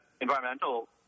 environmental